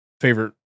favorite